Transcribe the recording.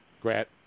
Grant